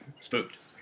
spooked